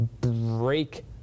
break